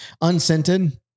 unscented